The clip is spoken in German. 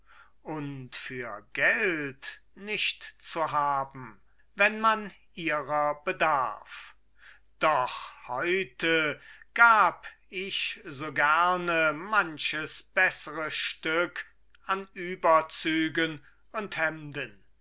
und für geld nicht zu haben wenn man ihrer bedarf doch heute gab ich so gerne manches bessere stück an überzügen und hemden